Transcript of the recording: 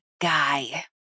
guy